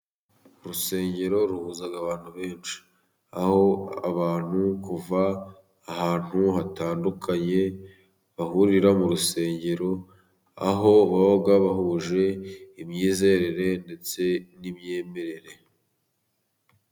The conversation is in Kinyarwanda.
Urusengero ruhuza abantu benshi, aho abantu kuva ahantu hatandukanye bahurira mu rusengero, aho baba bahuje imyizerere ndetse n'imyemerere.